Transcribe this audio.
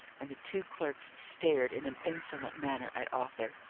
and the two clerks stared in an insolent manner at arthur.